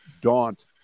daunt